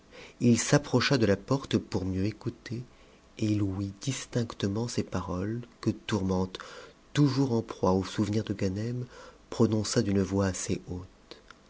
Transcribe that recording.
il s'approcha de la porte pour mieux écouter et il ouït distinctement ces paroles que tourmente toujours en proie au souveni de ganem prononça d'une voix assez haute